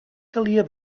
calia